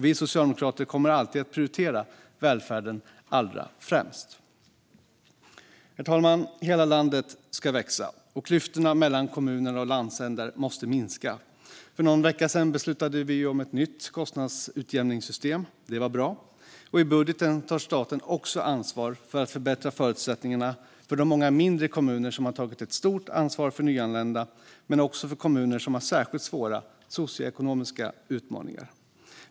Vi socialdemokrater kommer alltid att prioritera välfärden allra främst. Herr talman! Hela landet ska växa. Klyftorna mellan kommuner och landsändar måste minska. För någon vecka sedan beslutade vi om ett nytt kostnadsutjämningssystem. Det var bra. I budgeten tar staten också ansvar för att förbättra förutsättningarna för de många mindre kommuner som har tagit ett stort ansvar för nyanlända men också för kommuner som har särskilt svåra socioekonomiska utmaningar.